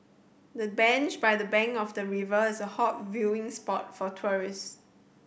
the bench by the bank of the river is a hot viewing spot for tourist